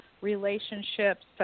relationships